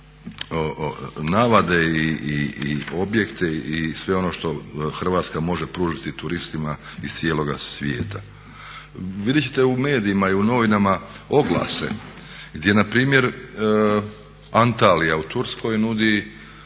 navade i objekte i sve ono što Hrvatska može pružiti turistima iz cijeloga svijeta. Vidjet ćete u medijima i u novinama oglase gdje na primjer Antalija u Turskoj nudi